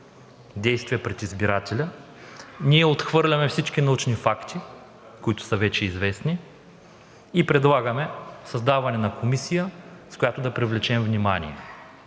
действия пред избирателя, ние отхвърляме всички научни факти, които са вече известни, и предлагаме създаване на комисия, с която да привлечем внимание.